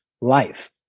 life